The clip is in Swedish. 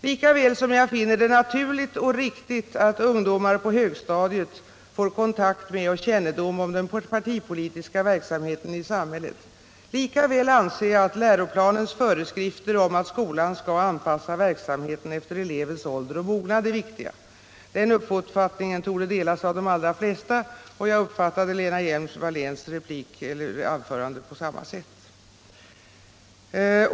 Lika väl som jag finner det naturligt och riktigt att ungdomar på högstadiet får kontakt med och kännedom om den partipolitiska verksamheten i samhället, lika väl anser jag att läroplanens föreskrifter om att skolan skall anpassa verkligheten efter elevens ålder och mognad är viktiga. Den uppfattningen torde delas av de allra flesta, och jag uppfattade Lena Hjelm-Walléns anförande på samma sätt.